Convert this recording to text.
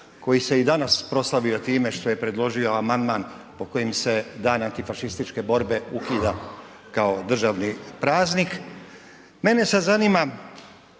koji se i danas proslavio time što je predložio amandman po kojem se Dan antifašističke borbe ukida kao državni praznik. Mene sad zanima